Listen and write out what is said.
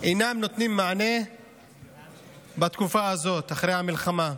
אינם נותנים מענה בתקופה הזאת, אחרי המלחמה,